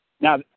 Now